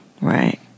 right